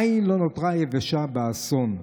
עין לא נותרה יבשה באסון,